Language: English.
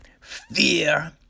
Fear